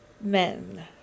men